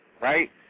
right